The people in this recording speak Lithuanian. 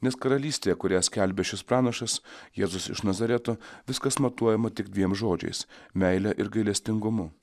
nes karalystėje kurią skelbia šis pranašas jėzus iš nazareto viskas matuojama tik dviem žodžiais meile ir gailestingumu